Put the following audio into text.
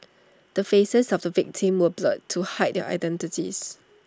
the faces of the victims were blurred to hide their identities